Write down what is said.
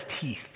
teeth